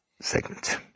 segment